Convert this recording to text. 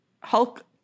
Hulk